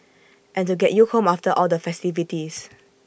and to get you home after all the festivities